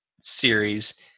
series